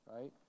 right